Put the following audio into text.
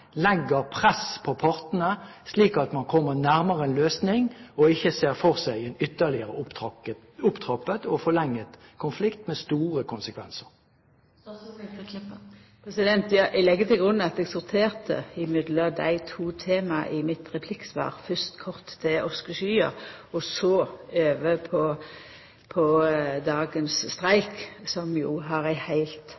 legge press på partene. Det er min oppfordring til samferdselsministeren, som har ansvar for luftfarten, at hun sammen med sin kollega som har ansvar for arbeidsfeltet, legger press på partene, slik at man kommer nærmere en løsning, og ikke ser for seg en ytterligere opptrappet og forlenget konflikt med store konsekvenser. Eg legg til grunn at eg sorterte mellom dei to tema i